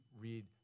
read